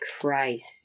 Christ